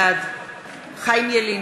בעד חיים ילין,